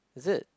is it